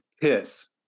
Piss